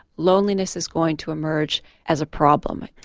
loneliness is going to emerge as a problem.